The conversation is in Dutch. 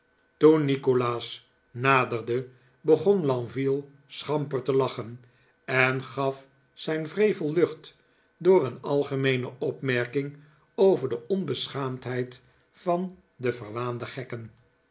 toen nikolaas naderde begon lenville schamper te lachen en gaf zijn wrevel lucht door een algemeene opmerking over de onbeschaamdheid van verwaande gekken